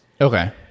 Okay